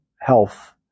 health